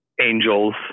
Angels